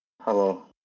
Hello